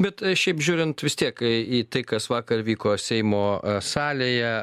bet šiaip žiūrint vis tiek į tai kas vakar vyko seimo salėje